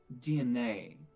DNA